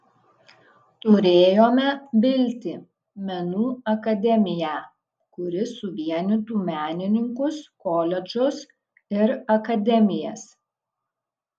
turėjome viltį menų akademiją kuri suvienytų menininkus koledžus ir akademijas